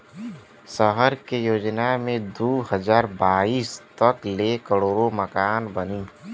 सहर के योजना मे दू हज़ार बाईस तक ले करोड़ मकान बनी